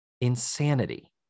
Insanity